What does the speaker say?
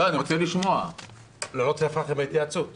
אדוני אני אספר לך מה עלה בהתייעצות שלי.